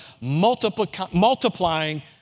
multiplying